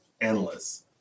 endless